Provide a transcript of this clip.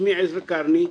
שמי עזרא קרני,